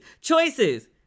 choices